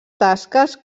tasques